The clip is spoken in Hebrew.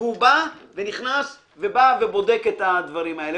או מעלית, והוא בא ובודק את הדברים האלה.